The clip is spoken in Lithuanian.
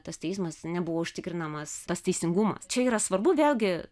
tas teismas nebuvo užtikrinamas tas teisingumas čia yra svarbu vėlgi